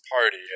Party